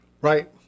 Right